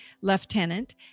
Lieutenant